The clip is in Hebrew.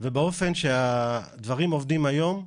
ובאופן שהדברים עובדים היום,